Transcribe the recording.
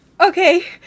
okay